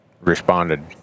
responded